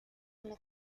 una